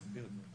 תסביר לי.